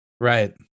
right